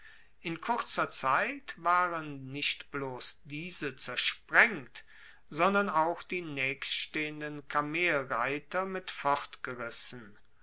in kurzer zeit waren nicht bloss diese zersprengt sondern auch die naechststehenden kamelreiter mit